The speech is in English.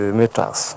meters